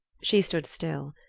she stood still.